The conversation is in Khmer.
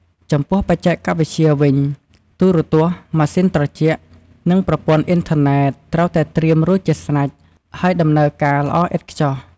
ចំពោះបច្ចេកវិទ្យាវិញ ទូរទស្សន៍ ម៉ាស៊ីនត្រជាក់ និងប្រព័ន្ធអ៊ីនធឺណិត ត្រូវតែត្រៀមរួចជាស្រេច ហើយដំណើរការល្អឥតខ្ចោះ។